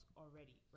already